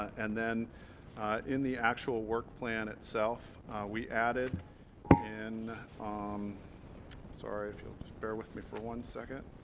and then in the actual work plan itself we added and um sorry if you'll just bear with me for one second